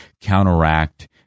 counteract